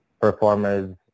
performers